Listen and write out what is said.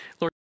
Lord